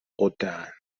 غدهاند